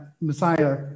Messiah